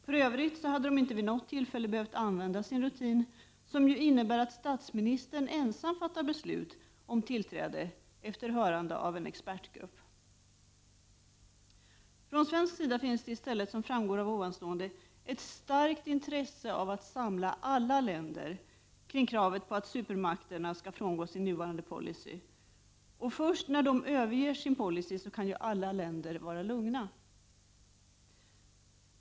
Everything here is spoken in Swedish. För övrigt hade de inte vid något tillfälle behövt använda sin rutin, som innebär att statsministern ensam fattar beslut om tillträde efter hörande av en expertgrupp. Från svensk sida finns det i stället, som framgått av det hittills sagda, ett starkt intresse att samla alla länder kring kravet på supermakterna att frångå sin nuvarande policy. Först när de överger denna policy kan alla länder vara lugna.